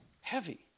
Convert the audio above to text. Heavy